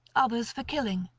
others for killing,